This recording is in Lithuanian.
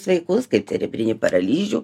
sveikus cerebrinį paralyžių